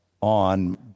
on